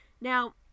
Now